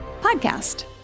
podcast